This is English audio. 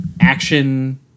action